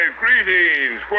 greetings